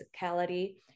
physicality